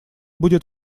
будет